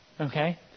okay